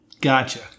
Gotcha